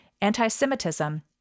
Anti-Semitism